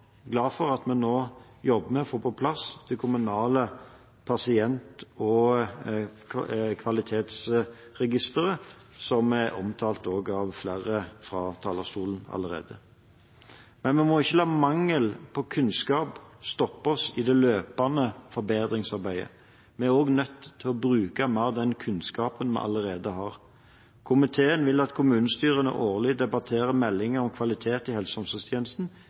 glad for at vi nå jobber med å få på plass det kommunale pasient- og brukerregisteret, som er omtalt fra talerstolen av flere allerede. Men vi må ikke la mangel på kunnskap stoppe oss i det løpende forbedringsarbeidet. Vi er også nødt til å bruke den kunnskapen vi allerede har, mer. Komiteen vil at kommunestyrene årlig debatterer meldinger om kvalitet i helse- og omsorgstjenesten.